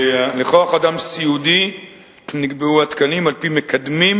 לכוח-אדם סיעודי נקבעו התקנים על-פי מקדמים